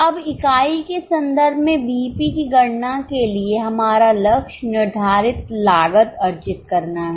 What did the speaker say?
अब इकाई के संदर्भ में बीईपी की गणना के लिए हमारा लक्ष्य निर्धारित लागत अर्जित करना है